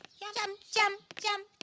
yeah jump, jump,